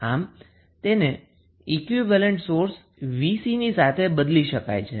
આમ તેને equivalent source 𝑉𝑐 ની સાથે બદલી શકાય છે